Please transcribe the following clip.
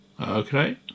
Okay